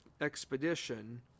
expedition